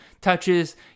touches